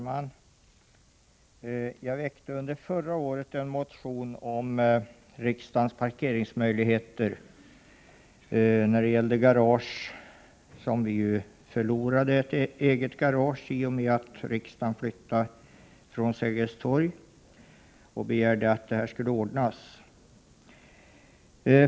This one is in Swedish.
Herr talman! Under förra året väckte jag en motion om riksdagens parkeringsmöjligheter. Vi förlorade ett eget garage i och med att riksdagen flyttade från Sergels torg, och jag begärde i motionen att den angelägenheten skulle ordnas.